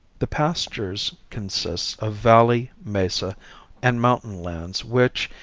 the pastures consist of valley, mesa and mountain lands which,